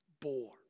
bore